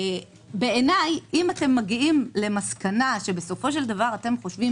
בעיניי אם אתם מגיעים למסקנה שאתם חושבים